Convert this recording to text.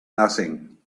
nothing